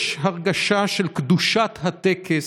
יש הרגשה של קדושת הטקס,